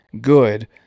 good